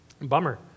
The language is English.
Bummer